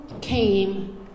came